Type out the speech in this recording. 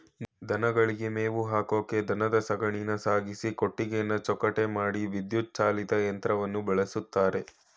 ದನಗಳಿಗೆ ಮೇವು ಹಾಕಕೆ ದನದ ಸಗಣಿನ ಸಾಗಿಸಿ ಕೊಟ್ಟಿಗೆನ ಚೊಕ್ಕಟ ಮಾಡಕೆ ವಿದ್ಯುತ್ ಚಾಲಿತ ಯಂತ್ರನ ಬಳುಸ್ತರೆ